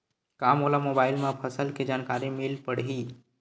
का मोला मोबाइल म फसल के जानकारी मिल पढ़ही?